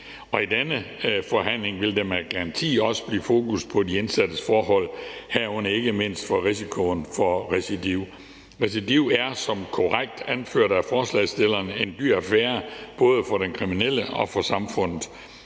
I denne forhandling vil der med garanti også komme fokus på de indsattes forhold, herunder ikke mindst risikoen for recidiv. Recidiv er, som det korrekt er anført af forslagsstilleren, en dyr affære, både for den kriminelle og for samfundet.